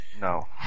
no